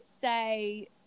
say